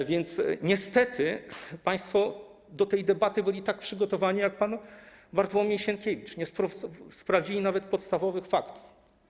A więc niestety państwo do tej debaty byli tak przygotowani jak pan Bartłomiej Sienkiewicz, nie sprawdzili nawet podstawowych faktów.